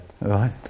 Right